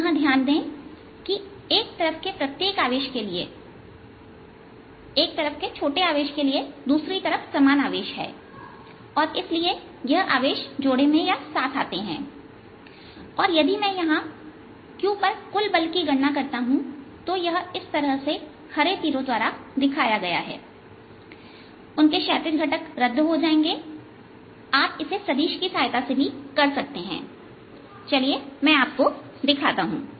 पुनः ध्यान दें कि एक तरफ के प्रत्येक आवेश के लिए एक तरफ के छोटे आवेश के लिए दूसरी तरफ एक समान आवेश है और इसलिए यह आवेश जोड़ें में आते हैं और यदि मैं यहां q पर कुल बल की गणना करता हूं तो यह इस तरह हरे तीरों के द्वारा दिखाया गया है और उनके क्षैतिज घटक रद्द हो जाएंगे आप इसे सदिश की सहायता से भी कर सकते हैं चलिए मैं आपको दिखाता हूं